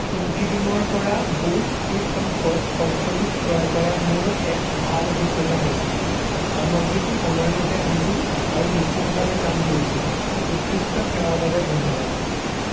ইনফিবিমৰ পৰা Bose QuietComfort পঞ্চল্লিছ ক্ৰয় কৰাৰ মোৰ এক ভাল অভিজ্ঞতা হৈছিল সামগ্ৰীটো সময়মতে আহিছিল আৰু নিখুঁতভাৱে কাম কৰিছিল উৎকৃষ্ট সেৱাৰ বাবে ধন্যবাদ